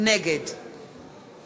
נגד